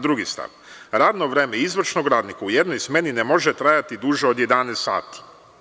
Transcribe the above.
Drugi stav – Radno vreme izvršnog radnika u jednoj smeni ne može trajati duže od 11 sati.